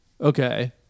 Okay